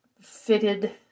fitted